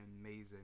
amazing